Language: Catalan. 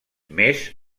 més